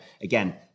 again